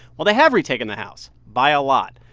well, they have retaken the house by a lot.